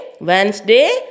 Wednesday